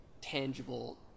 tangible